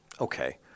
Okay